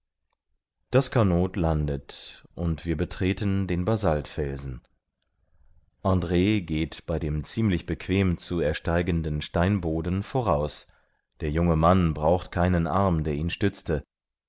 das canot landet und wir betreten den basaltfelsen andr geht bei dem ziemlich bequem zu ersteigenden steinboden voraus der junge mann braucht keinen arm der ihn stützte